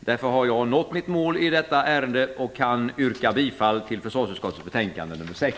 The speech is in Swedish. Därför har jag nått mitt mål i detta ärende och kan yrka bifall till hemställan i försvarsutskottets betänkande nr 6.